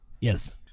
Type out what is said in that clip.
Yes